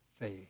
faith